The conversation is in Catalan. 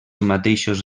mateixos